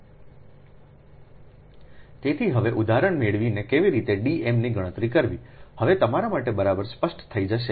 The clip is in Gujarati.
તેથી હવે આ ઉદાહરણ મેળવીને કેવી રીતે D m ની ગણતરી કરવી હવે તમારા માટે બરાબર સ્પષ્ટ થઈ જશે